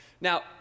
Now